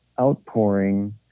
outpouring